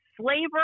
slavery